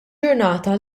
ġurnata